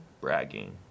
bragging